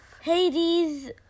Hades